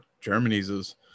Germany's